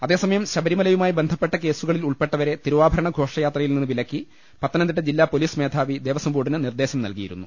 അതേസമയം ശബരിമലയുമായി ബന്ധപ്പെട്ട കേസുകളിൽ ഉൾപ്പെട്ടവരെ തിരുവാഭരണ ഘോഷയാത്രയിൽ നിന്ന് വിലക്കി പത്തനംതിട്ട ജില്ലാ പൊലീസ് മേധാവി ദേവ്സ്വം ബോർഡിന് നിർദേശം നൽകിയിരുന്നു